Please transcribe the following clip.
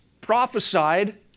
prophesied